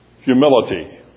humility